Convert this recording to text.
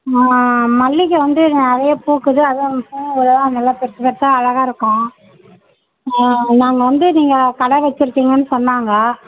மல்லிகை வந்து நிறையா பூக்குது அதுவும் பூவெல்லாம் நல்லா பெருசு பெருசாக அழகாக இருக்கும் நாங்கள் வந்து நீங்கள் கடை வச்சுருக்கீங்கன்னு சொன்னாங்க